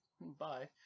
bye